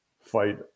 fight